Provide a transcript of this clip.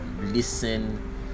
listen